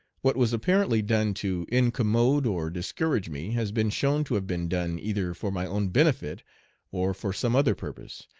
what was apparently done to incommode or discourage me has been shown to have been done either for my own benefit or for some other purpose,